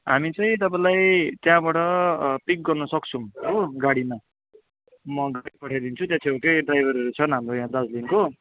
हामी चाहिँ तपाईँलाई त्यहाँबाट पिक गर्नु सक्छौँ हो गाडीमा म गाडी पठाइदिन्छु त्यहाँ छेउकै ड्राइभरहरू छन् हाम्रो दार्जिलिङको